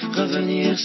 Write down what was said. revenir